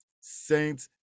Saints